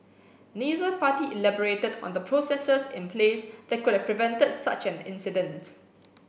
neither party elaborated on the processes in place that could have prevented such an incident